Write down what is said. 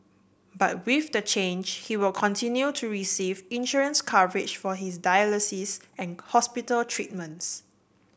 but with the change he will continue to receive insurance coverage for his dialysis and hospital treatments